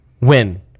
win